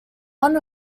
one